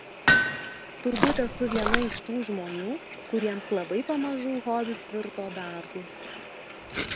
turbūt esu viena iš tų žmonių kuriems labai pamažu hobis virto darbu